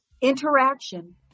interaction